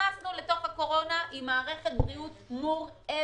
נכנסנו לתוך הקורונה עם מערכת בריאות מורעבת.